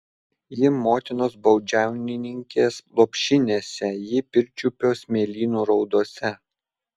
ji motinos baudžiauninkės lopšinėse ji pirčiupio smėlynų raudose